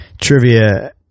trivia